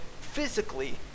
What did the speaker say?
physically